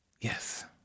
yes